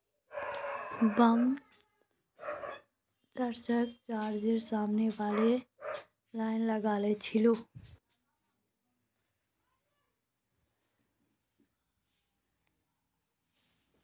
Bombay stock एक्सचेंजेर सामने लंबी लाइन लागिल छिले